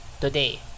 today